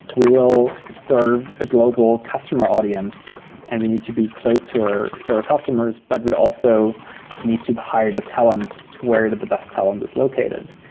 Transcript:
we will serve a global customer audience and we need to be close to our to our customers, but we also need to hired the talent, where the best talent is located.